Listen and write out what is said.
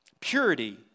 Purity